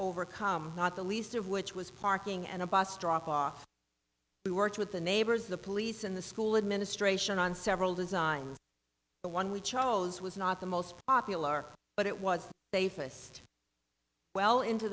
overcome not the least of which was parking and a bus drop off we worked with the neighbors the police and the school administration on several designs the one we chose was not the most popular but it was they focused well into